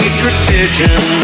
tradition